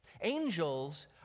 Angels